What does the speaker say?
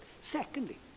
secondly